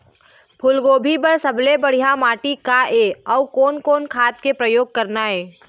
फूलगोभी बर सबले बढ़िया माटी का ये? अउ कोन कोन खाद के प्रयोग करना ये?